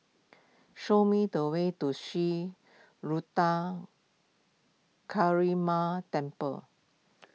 show me the way to Sri Ruthra Temple